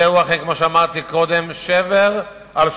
זהו אכן, כמו שאמרתי קודם, שבר על שבר.